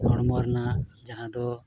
ᱦᱚᱲᱢᱚ ᱨᱮᱱᱟᱜ ᱡᱟᱦᱟᱸ ᱫᱚ